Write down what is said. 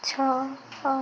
ଛଅ